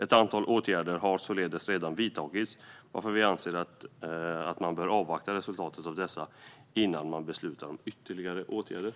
Ett antal åtgärder har således redan vidtagits, varför vi anser att man bör avvakta resultatet av dessa innan man beslutar om ytterligare åtgärder.